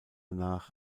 nach